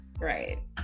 right